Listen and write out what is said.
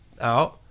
out